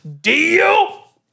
Deal